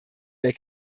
der